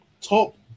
top